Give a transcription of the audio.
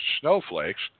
snowflakes